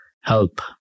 help